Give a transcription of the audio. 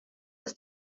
ist